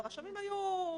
והרשמים היו מאשרים.